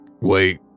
Wait